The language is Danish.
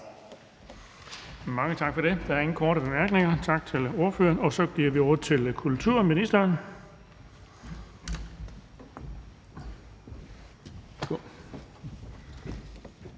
Mange tak for det. Der er ingen korte bemærkninger. Tak til ordføreren. Så giver vi ordet til kulturministeren.